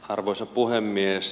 arvoisa puhemies